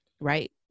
right